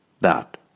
That